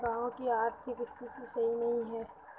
गाँव की आर्थिक स्थिति सही नहीं है?